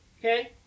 Okay